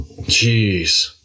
jeez